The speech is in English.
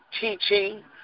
teaching